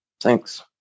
Thanks